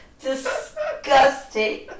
disgusting